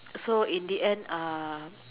so in the end uh